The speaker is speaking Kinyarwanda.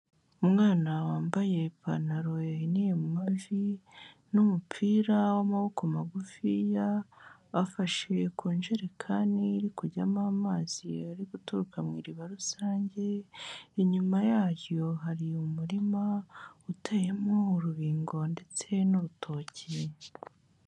Umwana wambaye ipantaro yahiniye mu mavi n'umupira w'amaboko magufiya, afashe ku njerekani iri kujyamo amazi ari guturuka mu iriba rusange, inyuma yaryo hari umurima uteyemo urubingo ndetse n'urutoki.